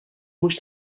mhux